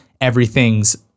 Everything's